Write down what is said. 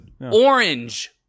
Orange